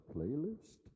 Playlist